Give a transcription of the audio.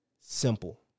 Simple